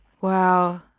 Wow